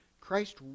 Christ